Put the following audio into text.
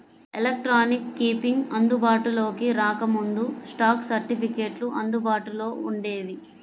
electronic keeping అందుబాటులోకి రాకముందు, stock సర్టిఫికెట్లు అందుబాటులో వుండేవి